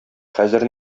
хәзер